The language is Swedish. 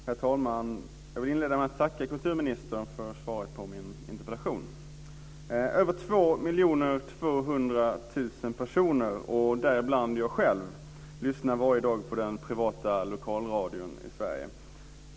Herr talman! Jag vill inleda med att tacka kulturministern för svaret på min interpellation. Över 2 200 000 personer, däribland jag själv, lyssnar varje dag på den privata lokalradion i Sverige.